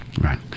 Right